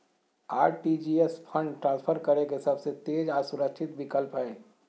RTGS fund transfer करे के सबसे तेज आर सुरक्षित विकल्प हय